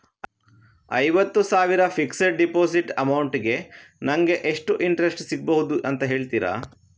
ಐವತ್ತು ಸಾವಿರ fixed deposit amount ಗೆ ನಂಗೆ ಎಷ್ಟು ಇಂಟ್ರೆಸ್ಟ್ ಸಿಗ್ಬಹುದು ಅಂತ ಹೇಳ್ತೀರಾ?